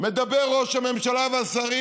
מדברים ראש הממשלה והשרים